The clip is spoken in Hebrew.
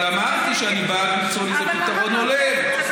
אבל אמרתי שאני בעד למצוא לזה פתרון הולם.